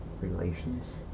Relations